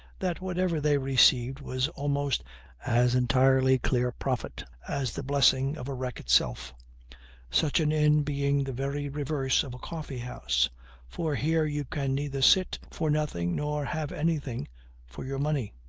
that whatever they received was almost as entirely clear profit as the blessing of a wreck itself such an inn being the very reverse of a coffee-house for here you can neither sit for nothing nor have anything for your money.